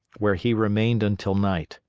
where he remained until night.